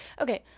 Okay